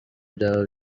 byaba